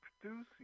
producing